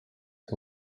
who